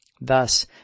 Thus